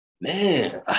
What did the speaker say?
Man